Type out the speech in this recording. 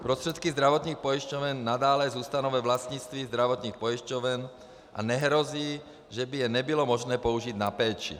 Prostředky zdravotních pojišťoven nadále zůstanou ve vlastnictví zdravotních pojišťoven a nehrozí, že by je nebylo možné použít na péči.